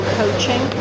coaching